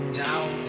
down